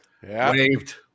Waved